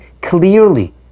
clearly